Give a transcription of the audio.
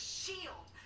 shield